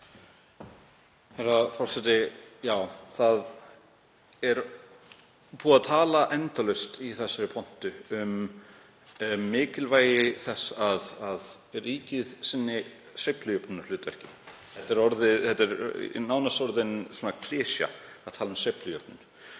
það hefur verið talað endalaust í þessari pontu um mikilvægi þess að ríkið sinni sveiflujöfnunarhlutverki. Það er nánast orðin klisja að tala um sveiflujöfnun.